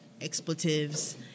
expletives